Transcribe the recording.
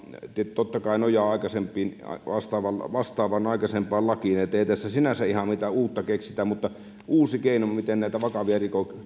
totta kai nojaa vastaavaan aikaisempaan lakiin niin ettei tässä sinänsä mitään ihan uutta keksitä mutta uusi keino miten näitä vakavia